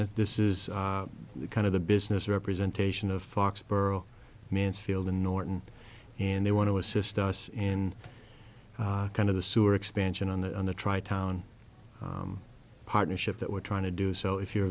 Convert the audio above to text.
that this is kind of the business representation of foxborough mansfield and norton and they want to assist us in kind of the sewer expansion on the on the tri town partnership that we're trying to do so if you're